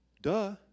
Duh